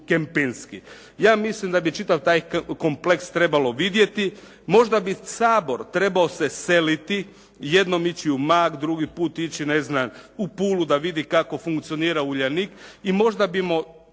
Ja mislim da bi čitav taj kompleks trebalo vidjeti. Možda bi Sabor trebao se seliti jednom ići u Umag, dugi put ići ne znam u Pulu da vidi kako funkcionira "Uljanik" i možda bi došli